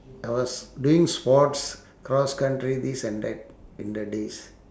I was doing sports cross country this and that in the days